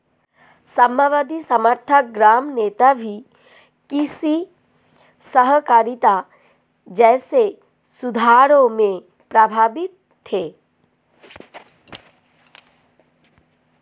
साम्यवादी समर्थक ग्राम नेता भी कृषि सहकारिता जैसे सुधारों से प्रभावित थे